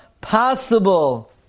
possible